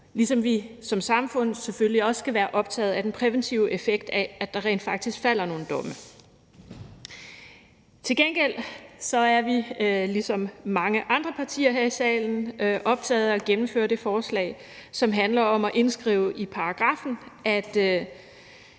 ligesom vi som samfund selvfølgelig også skal være optaget af den præventive effekt af, at der rent faktisk falder nogle domme. Til gengæld er vi ligesom mange andre partier her i salen optaget af at gennemføre det forslag, som handler om at indskrive i paragraffen, at